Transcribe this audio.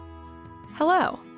Hello